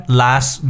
last